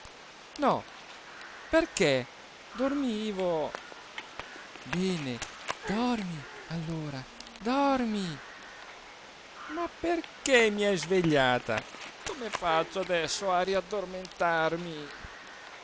no perché dormivo bene dormi allora dormi ma perché mi hai svegliata come faccio adesso a riaddormentarmi